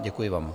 Děkuji vám.